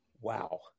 wow